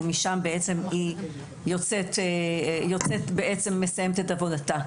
ומשם בעצם היא יוצאת ומסיימת את עבודתה.